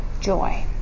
joy